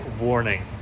warning